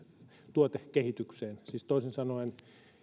tuotekehitykseen siis toisin sanoen